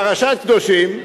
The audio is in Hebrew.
פרשת קדושים.